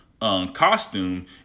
costume